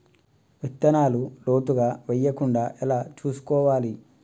విత్తనాలు లోతుగా వెయ్యకుండా ఎలా చూసుకోవాలి?